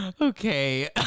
okay